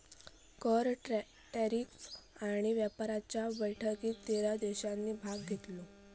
कर, टॅरीफ आणि व्यापाराच्या बैठकीत तेरा देशांनी भाग घेतलो